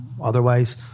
otherwise